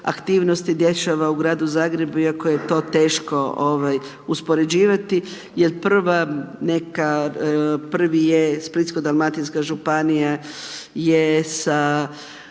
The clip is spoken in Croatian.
aktivnosti dešava u Gradu Zagrebu iako je to teško uspoređivati jel prva neka, prvi je splitsko-dalmatinska županija je sa